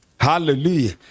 Hallelujah